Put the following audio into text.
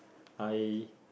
I